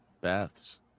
baths